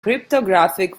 cryptographic